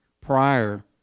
prior